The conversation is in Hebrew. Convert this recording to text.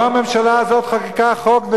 לא הממשלה הזאת חוקקה חוק,